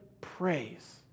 praise